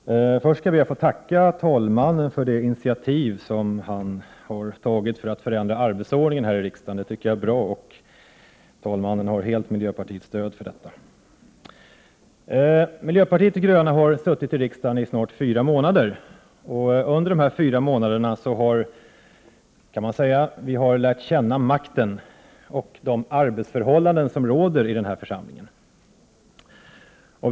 Herr talman! Först skall jag be att få tacka talmannen för det initiativ han har tagit för att förändra arbetsordningen här i riksdagen. Det är bra, och talmannen har miljöpartiets hela stöd för detta. Miljöpartiet de gröna har suttit i riksdagen i snart fyra månader. Under dessa fyra månader har vi lärt känna makten och de arbetsförhållanden som råder i denna församling.